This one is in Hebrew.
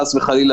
חלילה,